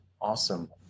awesome